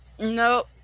Nope